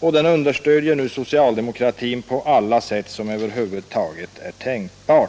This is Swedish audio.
Och den understöder nu socialdemokratin på alla sätt som över huvud taget är tänkbara.